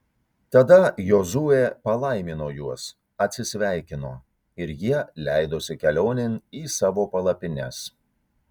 tada jozuė palaimino juos atsisveikino ir jie leidosi kelionėn į savo palapines